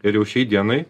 ir jau šiai dienai